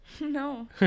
No